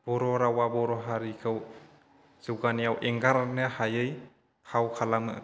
बर' रावा बर' हारिखौ जौगानायाव एंगारनो हायै फाव खालामो